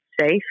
safe